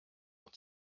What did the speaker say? und